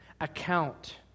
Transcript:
Account